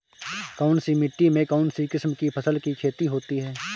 कौनसी मिट्टी में कौनसी किस्म की फसल की खेती होती है?